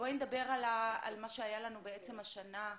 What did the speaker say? בואי נדבר על מה שהיה לנו בעצם השנה,